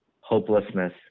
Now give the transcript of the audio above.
hopelessness